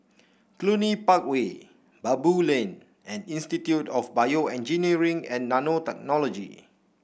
Cluny Park Way Baboo Lane and Institute of BioEngineering and Nanotechnology